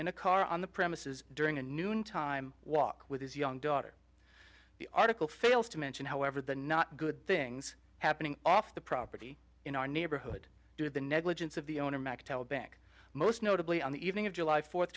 in a car on the premises during a noontime walk with his young daughter the article fails to mention however the not good things happening off the property in our neighborhood through the negligence of the owner mactel bank most notably on the evening of july fourth